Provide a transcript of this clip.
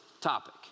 topic